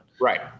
Right